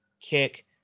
kick